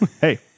Hey